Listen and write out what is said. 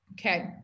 Okay